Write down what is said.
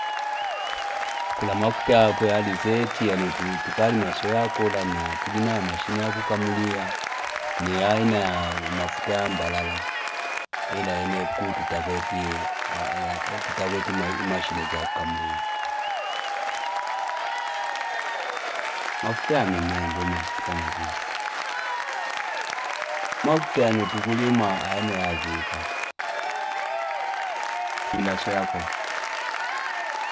Kula mafute hako ya alizeti ya nutukali maso ya kola na tutulina ya mashine ya kukamulia. Ni aina ya mafute hamba lala. Ila eneku tutakweti mashine za kukamulia. Mafute hame mea ndiyo mafute mazuri. Mafute hanu tutugulima aeno ya azipa. Ila so ya kola.